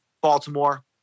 Baltimore